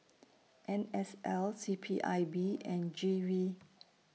N S L C P I B and G V